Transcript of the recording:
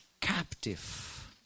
captive